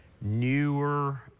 newer